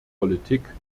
politik